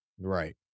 Right